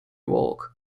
work